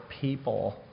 people